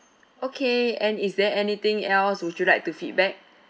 okay and is there anything else would you like to feedback